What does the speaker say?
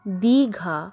Digha